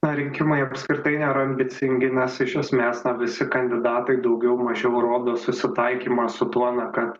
na rinkimai apskritai nėra ambicingi nes iš esmės na visi kandidatai daugiau mažiau rodo susitaikymą su tuo na kad